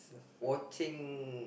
watching